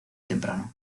temprano